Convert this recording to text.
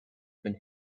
been